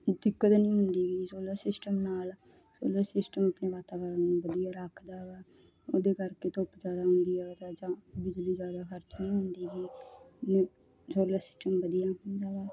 ਦਿੱਕਤ ਨਹੀਂ ਹੁੰਦੀ ਹੈਗੀ ਸਿਸਟਮ ਨਾਲ ਸੋਲਰ ਸਿਸਟਮ ਆਪਣੇ ਵਾਤਾਵਰਨ ਨੂੰ ਵਧੀਆ ਰੱਖਦਾ ਵਾ ਉਹਦੇ ਕਰਕੇ ਧੁੱਪ ਜ਼ਿਆਦਾ ਹੁੰਦੀ ਹੈ ਜਾਂ ਬਿਜਲੀ ਜ਼ਿਆਦਾ ਖਰਚ ਨਹੀਂ ਹੁੰਦੀ ਗੀ ਸੋਲਰ ਸਿਸਟਮ ਵਧੀਆ ਹੁੰਦਾ ਵਾ